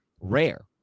rare